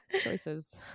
Choices